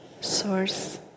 source